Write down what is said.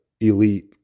elite